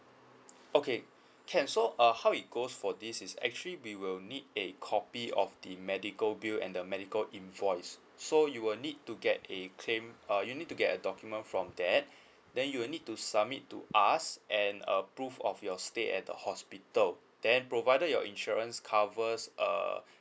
okay can so uh how it goes for this is actually we will need a copy of the medical bill and the medical invoice so you will need to get a claim uh you need to get a document from that then you will need to submit to us and a proof of your stay at the hospital then provided your insurance covers err